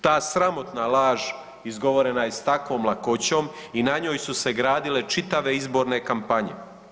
Ta sramotna laž izgovorena je s takvom lakoćom i na njoj su se gradile čitave izborne kampanje.